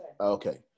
Okay